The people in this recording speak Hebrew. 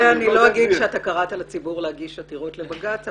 אני לא אגיד שקראת לציבור להגיש עתירות לבג"ץ,